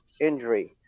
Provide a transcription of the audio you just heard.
injury